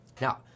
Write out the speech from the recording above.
Now